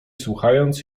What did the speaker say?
słuchając